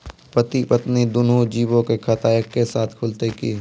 पति पत्नी दुनहु जीबो के खाता एक्के साथै खुलते की?